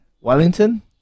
Wellington